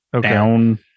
down